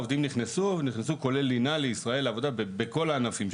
עובדים נכנסו כולל לינה לישראל לעבודה בכל הענפים.